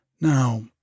Now